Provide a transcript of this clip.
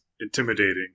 intimidating